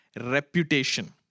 reputation